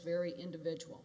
very individual